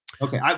Okay